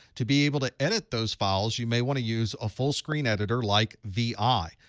to be able to edit those files, you may want to use a full screen editor like vi.